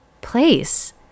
place